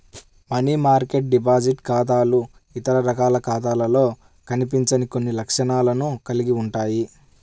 money market deposit ఖాతాలు ఇతర రకాల ఖాతాలలో కనిపించని కొన్ని లక్షణాలను కలిగి ఉంటాయి